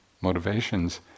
motivations